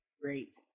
great